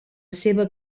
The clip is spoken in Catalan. seva